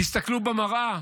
תסתכלו במראה,